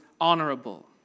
honorable